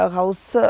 House